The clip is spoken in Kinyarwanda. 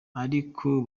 ariko